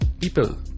people